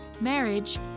marriage